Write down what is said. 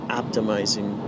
optimizing